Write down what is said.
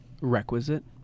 requisite